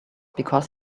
because